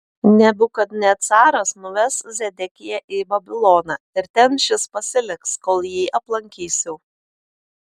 nebukadnecaras nuves zedekiją į babiloną ir ten šis pasiliks kol jį aplankysiu